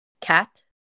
Cat